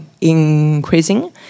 increasing